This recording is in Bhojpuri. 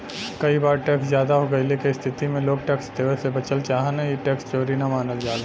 कई बार टैक्स जादा हो गइले क स्थिति में लोग टैक्स देवे से बचल चाहन ई टैक्स चोरी न मानल जाला